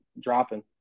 dropping